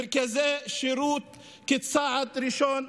מרכזי שירות הם צעד ראשון,